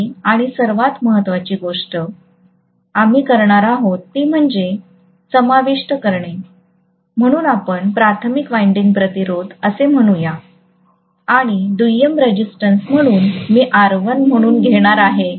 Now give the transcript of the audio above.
पहिली आणि सर्वात महत्वाची गोष्ट आम्ही करणार आहोत ती म्हणजे समाविष्ट करणे म्हणून आपण प्राथमिक वाइंडिंग प्रतिरोध असे म्हणू या आणि दुय्यम रेजिस्टन्स म्हणून मी R1 म्हणून घेणार आहे